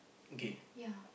ya ya